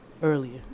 earlier